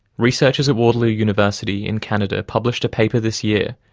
researchers at waterloo university in canada published a paper this year,